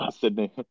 Sydney